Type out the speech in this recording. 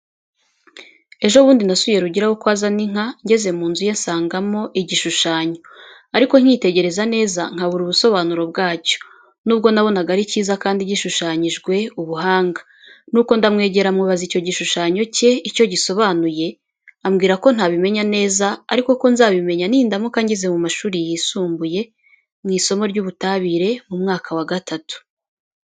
Ejo bundi nasuye Rugira wo kwa Zaninka. Ngeze mu nzu ye, nsangamo igishushanyo, ariko nkitegereza neza nkabura ubusobanuro bwacyo, nubwo nabonaga ari cyiza kandi gishushanyanyijwe ubuhanga. Ni uko ndamwegera, mubaza icyo igishushanyo cye icyo gisobanuye, ambwira ko ntabimenya neza, ariko ko nzabimenya nindamuka ngeze mu mashuri yisumbuye, mu isomo ry’ubutabire, mu mwaka wa gatatu.